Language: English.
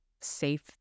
safe